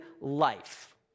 life